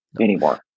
anymore